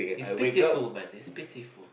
it's pitiful man it's pitiful